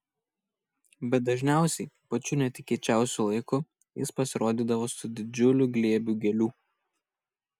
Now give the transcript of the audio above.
bet dažniausiai pačiu netikėčiausiu laiku jis pasirodydavo su didžiuliu glėbiu gėlių